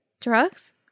Drugs